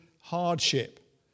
hardship